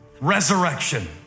resurrection